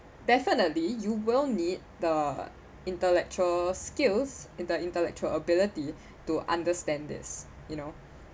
definitely you will need the intellectual skills in the intellectual ability to understand this you know